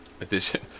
Edition